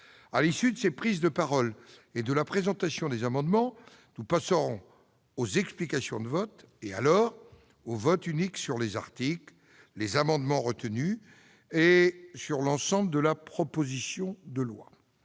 À l'issue de ces prises de parole et de la présentation des amendements, nous passerons aux explications de vote et au vote unique sur les articles, sur les amendements retenus et sur l'ensemble de la proposition de loi.